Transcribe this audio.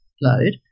load